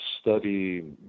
study